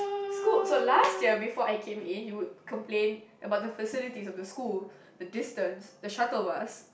school so last year before I came in you would complaint about the facilities of the school the distance the shuttle bus